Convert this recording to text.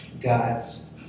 God's